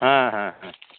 ᱦᱮᱸ ᱦᱮᱸ